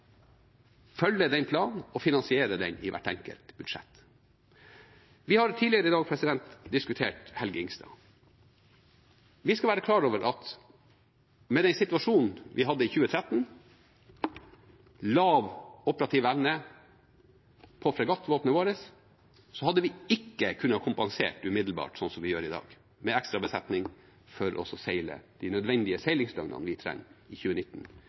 følge den planen og finansiere den i hvert enkelt budsjett. Vi har tidligere i dag diskutert «Helge Ingstad». Vi skal være klar over at med den situasjonen vi hadde i 2013, med lav operativ evne for fregattvåpenet vårt, hadde vi ikke kunnet kompensert umiddelbart sånn som vi gjør i dag, med ekstrabesetning for å seile de nødvendige seilingsdøgnene vi trenger i 2019